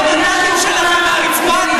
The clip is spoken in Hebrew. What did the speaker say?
מגרדים את המנדטים שלכם מהרצפה,